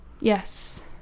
yes